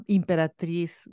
imperatriz